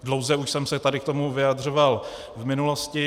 Dlouze už jsem se tady k tomu vyjadřoval v minulosti.